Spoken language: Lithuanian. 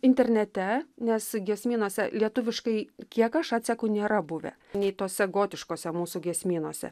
internete nes giesmynuose lietuviškai kiek aš atseku nėra buvę nei tuose gotiškose mūsų giesmynuose